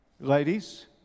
Ladies